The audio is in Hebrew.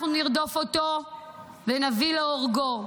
אנחנו נרדוף אותו ונביא להריגתו.